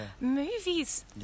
Movies